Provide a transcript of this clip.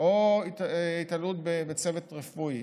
או התעללות בצוות רפואי